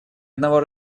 одного